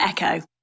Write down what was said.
Echo